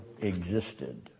existed